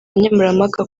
nkemurampaka